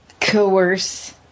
coerce